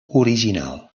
original